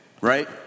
right